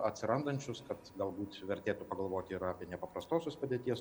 atsirandančius kad galbūt vertėtų pagalvoti ir apie nepaprastosios padėties